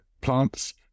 plants